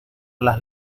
las